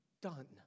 done